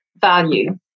value